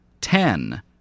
Ten